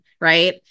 right